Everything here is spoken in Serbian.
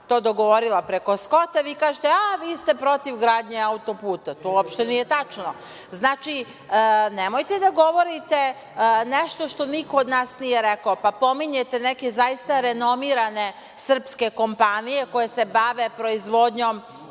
to dogovorila preko Skota, vi kažete - a, vi ste protiv gradnje auto-puta. To uopšte nije tačno. Znači, nemojte da govorite nešto što niko od nas nije rekao. Pominjete neke zaista renomirane srpske kompanije koje se bave proizvodnjom